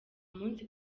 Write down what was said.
umunsi